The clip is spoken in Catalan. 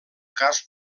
cas